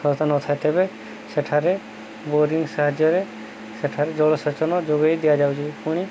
ବ୍ୟବସ୍ଥା ନଥାଏ ତେବେ ସେଠାରେ ବୋରିଂ ସାହାଯ୍ୟରେ ସେଠାରେ ଜଳସେଚନ ଯୋଗେଇ ଦିଆଯାଉଛି ପୁଣି